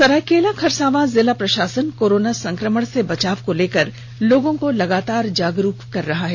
सरायकेला खरसावां जिला प्रषासन कोरोना संकमण से बचाव को लेकर लोगों को लगातार जागरूकता कर रहा है